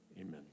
Amen